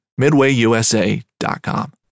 midwayusa.com